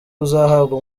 uzahabwa